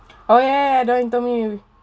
oh ya ya the interview